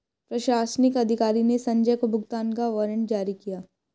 प्रशासनिक अधिकारी ने संजय को भुगतान का वारंट जारी किया